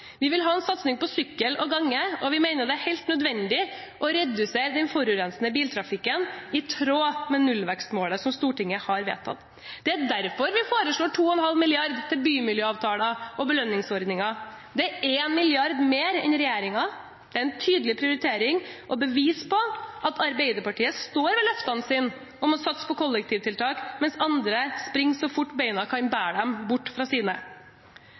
Vi vil ha en satsing på sykkel og gange. Vi mener det er helt nødvendig å redusere den forurensende biltrafikken i tråd med nullvekstmålet som Stortinget har vedtatt. Det er derfor vi foreslår 2,5 mrd. kr til bymiljøavtaler og belønningsordningen. Det er 1 mrd. kr mer enn regjeringen. Det er en tydelig prioritering og bevis på at Arbeiderpartiet står ved løftene sine om å satse på kollektivtiltak, mens andre springer så fort beina kan bære dem bort fra sine.